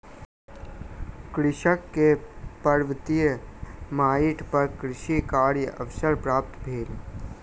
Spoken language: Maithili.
कृषक के पर्वतीय माइट पर कृषि कार्यक अवसर प्राप्त भेल